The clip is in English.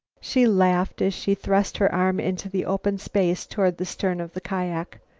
she laughed, as she thrust her arm into the open space toward the stern of the kiak.